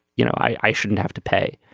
you know i shouldn't have to pay.